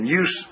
use